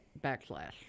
backslash